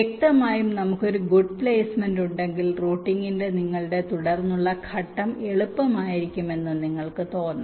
വ്യക്തമായും നമുക്ക് ഒരു ഗുഡ് പ്ലെയ്സ്മെന്റ് ഉണ്ടെങ്കിൽ റൂട്ടിംഗിന്റെ നിങ്ങളുടെ തുടർന്നുള്ള ഘട്ടം എളുപ്പമായിരിക്കും എന്ന് നിങ്ങൾക്ക് തോന്നാം